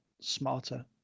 smarter